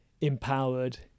empowered